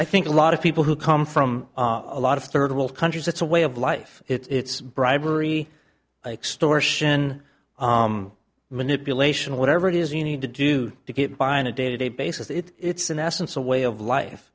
i think a lot of people who come from a lot of third world countries it's a way of life it's bribery extortion manipulation whatever it is you need to do to get by on a day to day basis that it's in essence a way of life